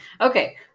Okay